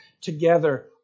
together